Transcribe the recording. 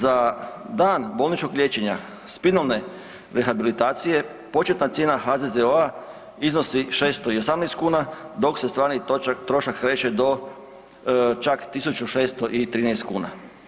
Za dan bolničkog liječenja spinalne rehabilitacije početna cijena HZZO-a iznosi 618 kuna dok se stvarni trošak kreće do čak 1.613 kuna.